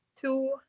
two